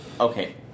okay